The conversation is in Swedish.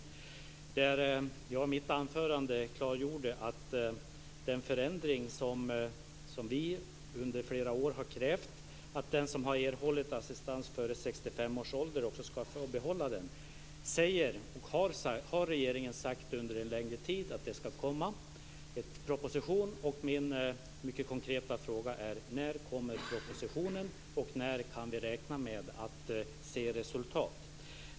Jag klargjorde i mitt anförande att när det gäller den förändring som vi under flera år har krävt, att den som har erhållit assistans före 65 års ålder också ska få behålla den, har regeringen under en längre tid sagt att det ska komma en proposition. Min mycket konkreta fråga är: När kommer propositionen och när kan vi räkna med att se resultat?